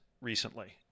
recently